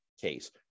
case